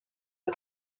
for